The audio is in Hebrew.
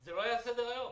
- זה לא היה על סדר היום.